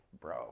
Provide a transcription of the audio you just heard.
bro